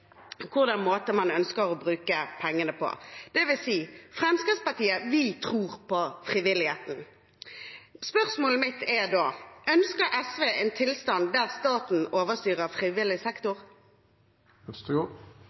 hvordan man skal bruke pengene for foreningen, hvilken måte man ønsker å bruke pengene på. Det vil si at Fremskrittspartiet tror på frivilligheten. Spørsmålet mitt er da: Ønsker SV en tilstand der staten overstyrer frivillig